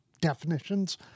definitions